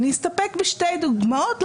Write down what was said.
אני אסתפק בשתי דוגמאות,